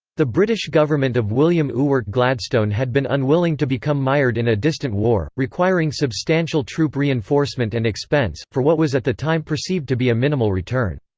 the british government of william ewart gladstone had been unwilling to become mired in a distant war, requiring substantial troop reinforcement and expense, for what was at the time perceived to be a minimal return.